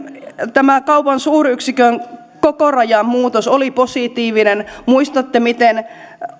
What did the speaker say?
tämä kaupan suuryksikön kokorajamuutos oli positiivinen muistatte miten